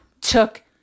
took